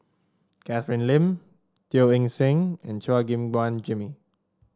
Catherine Lim Teo Eng Seng and Chua Gim Guan Jimmy